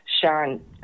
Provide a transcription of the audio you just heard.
Sharon